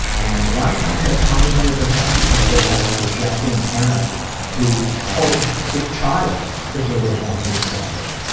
and a lot of times that's pounded into their heads because they had a projecting parent who told the child that they were the one who was selfish.